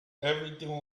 everything